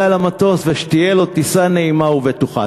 על המטוס ושתהיה לו טיסה נעימה ובטוחה.